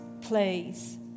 please